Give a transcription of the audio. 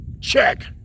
Check